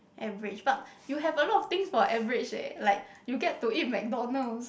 average but you have a lot of things for average leh like you get to eat McDonald's